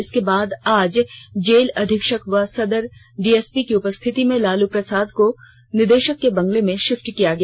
इसके बाद आज जेल अधीक्षक व सदर डीएसपी की उपस्थिति में लालू प्रसाद को निदेशक के बंगले में शिफ्ट किया गया